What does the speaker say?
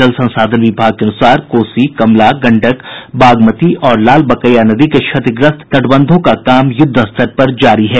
जल संसाधन विभाग के अनुसार कोसी कमला गंडक बागमती और लालबकेया नदी के क्षतिग्रस्त तटबंधों का काम युद्धस्तर पर जारी है